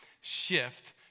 shift